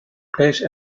place